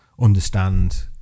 understand